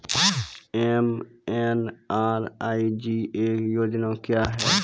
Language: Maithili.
एम.एन.आर.ई.जी.ए योजना क्या हैं?